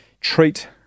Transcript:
treat